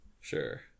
Sure